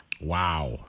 Wow